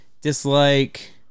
dislike